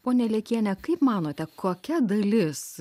pone liakienė kaip manote kokia dalis